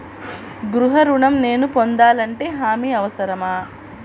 గృహ ఋణం నేను పొందాలంటే హామీ అవసరమా?